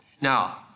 Now